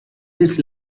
his